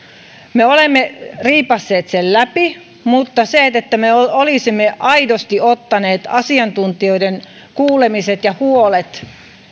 me olemme riipaisseet sen läpi mutta sitä että me olisimme aidosti ottaneet asiantuntijoiden kuulemiset ja huolet